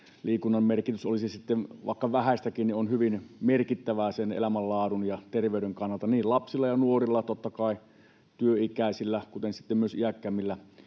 liikunta, oli se sitten vaikka vähäistäkin, on hyvin merkittävää elämänlaadun ja terveyden kannalta niin lapsilla ja nuorilla, totta kai työikäisillä kuten sitten myös iäkkäämmillä